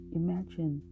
imagine